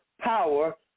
power